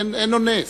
אין אונס.